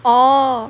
orh